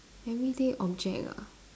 everyday object ah